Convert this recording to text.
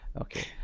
Okay